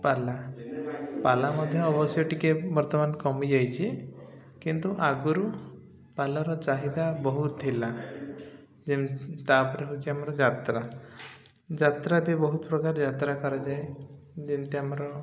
ପାଲା ପାଲା ମଧ୍ୟ ଅବଶ୍ୟ ଟିକେ ବର୍ତ୍ତମାନ କମିଯାଇଛି କିନ୍ତୁ ଆଗରୁ ପାଲାର ଚାହିଦା ବହୁତ ଥିଲା ଯେମ୍ ତା'ପରେ ହେଉଛି ଆମର ଯାତ୍ରା ଯାତ୍ରା ବି ବହୁତ ପ୍ରକାର ଯାତ୍ରା କରାଯାଏ ଯେମିତି ଆମର